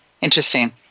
Interesting